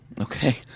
Okay